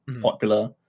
popular